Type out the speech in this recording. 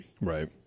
Right